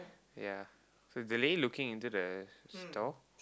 ya so the lady looking into the store